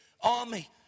Army